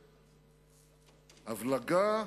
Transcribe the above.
הבלגה,